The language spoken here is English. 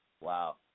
Wow